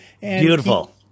Beautiful